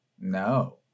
No